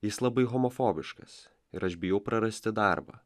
jis labai homofobiškas ir aš bijau prarasti darbą